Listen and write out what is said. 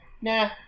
nah